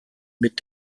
mit